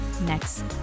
next